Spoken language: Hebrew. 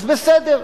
אז בסדר,